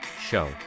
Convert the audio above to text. Show